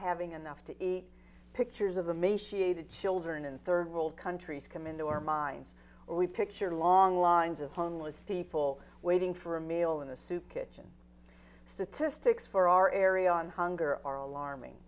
having enough to eat pictures of the may she ate the children in third world countries come into our minds we picture long lines of homeless people waiting for a meal in the soup kitchen statistics for our area on hunger are alarming